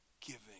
giving